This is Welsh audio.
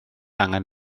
angen